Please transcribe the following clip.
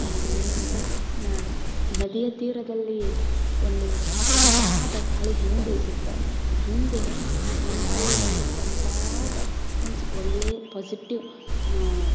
ಏನು ಅಂದ್ರೆ ನದಿಯ ತೀರದಲ್ಲಿ ಒಂದು ತಂಪಾದ ಗಾಳಿ ಹೆಂಗೆ ಬೀಸುತ್ತೊ ಹಾಗೆ ಮನಸಲ್ಲಿ ಒಂದು ತಂಪಾದ ಮೀನ್ಸ್ ಒಳ್ಳೆಯ ಪಾಸಿಟಿವ್